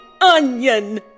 onion